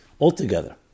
altogether